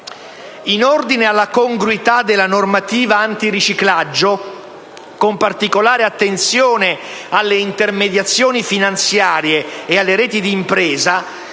In ordine alla congruità della normativa antiriciclaggio, con particolare attenzione alle intermediazioni finanziarie e alle reti di impresa,